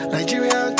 Nigeria